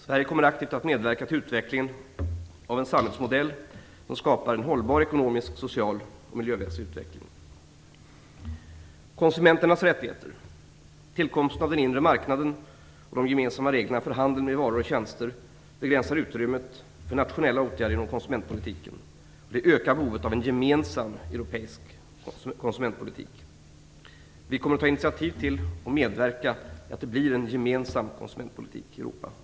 Sverige kommer aktivt att medverka till utvecklingen av en samhällsmodell som skapar en hållbar ekonomisk, social och miljömässig utveckling. - Konsumenternas rättigheter: tillkomsten av den inre marknaden och de gemensamma reglerna för handeln med varor och tjänster begränsar utrymmet för nationella åtgärder inom konsumentpolitiken och ökar behovet av en gemensam europeisk konsumentpolitik. Vi kommer att ta initiativ till och medverka i utvecklingen av en gemensam konsumentpolitik i Europa.